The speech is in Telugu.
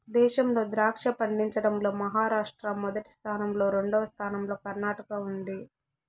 దేశంలో ద్రాక్ష పండించడం లో మహారాష్ట్ర మొదటి స్థానం లో, రెండవ స్థానం లో కర్ణాటక ఉంది